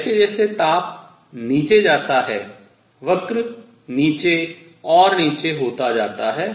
जैसे जैसे ताप नीचे जाता है वक्र नीचे और नीचे होता जाता है